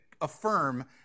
affirm